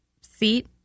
seat